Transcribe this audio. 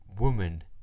woman